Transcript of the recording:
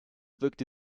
wirkte